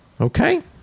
Okay